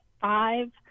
five